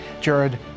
Jared